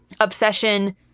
obsession